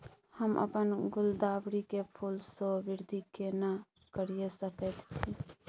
हम अपन गुलदाबरी के फूल सो वृद्धि केना करिये सकेत छी?